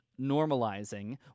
normalizing